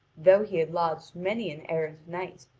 though he had lodged many an errant knight,